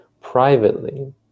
privately